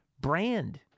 brand